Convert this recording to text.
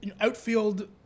outfield